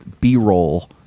B-roll